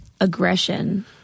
aggression